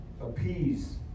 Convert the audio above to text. appease